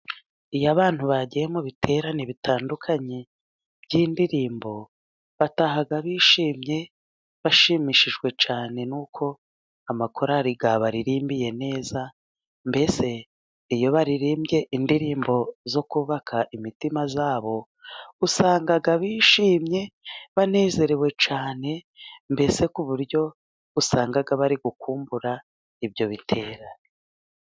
Iyo abantu bagiye mu biterane bitandukanye by'indirimbo, bataha bishimye, bashimishijwe cyane n'uko amakorari yabarimbiye neza. Mbese iyo baririmbye indirimbo zo kubaka imitima yabo, usanga bishimye banezerewe cyane, mbese ku buryo usanga bari gukumbura ibyo biterane.